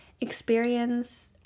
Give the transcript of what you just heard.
experience